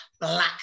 black